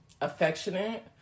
affectionate